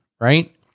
Right